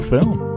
Film